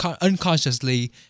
unconsciously